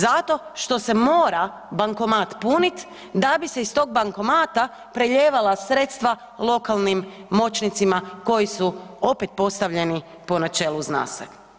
Zato što se mora bankomat punit da bi se iz tog bankomata preljevala sredstava lokalnim moćnicima koji su opet postavljeni po načelu zna se.